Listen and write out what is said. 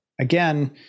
again